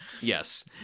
yes